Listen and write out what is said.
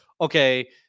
okay